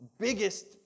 biggest